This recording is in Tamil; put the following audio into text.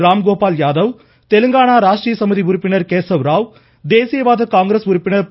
ராம் கோபால் யாதவ் தெலங்கானா ராஷ்ட்ர சமிதி உறுப்பினர் கேசவ் ராவ் தேசியவாத காங்கிரஸ் உறுப்பினர் பிர